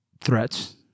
threats